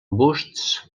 busts